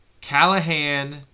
Callahan